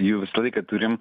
jų visą laiką turim